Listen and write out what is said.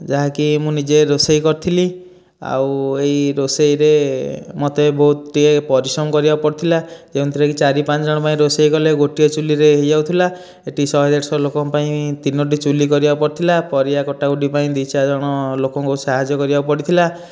ଯାହାକି ମୁଁ ନିଜେ ରୋଷେଇ କରିଥିଲି ଆଉ ଏହି ରୋଷେଇରେ ମୋତେ ବହୁତ ଟିକିଏ ପରିଶ୍ରମ କରିବାକୁ ପଡ଼ିଥିଲା ଯେଉଁଥିରେ କି ଚାରି ପାଞ୍ଚ ଜଣଙ୍କ ପାଇଁ ରୋଷେଇ କରିଲେ ଗୋଟିଏ ଚୁଲିରେ ହୋଇଯାଉଥିଲା ଏଇଠି ଶହେ ଦେଢ଼ଶହ ଲୋକଙ୍କ ପାଇଁ ତିନୋଟି ଚୁଲି କରିବାକୁ ପଡ଼ିଥିଲା ପରିବା କଟାକୁଟି କରିବାପାଇଁ ଦୁଇ ଚାରିଜଣ ଲୋକଙ୍କୁ ସାହାଯ୍ୟ କରିବାକୁ ପଡ଼ିଥିଲା